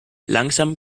langsam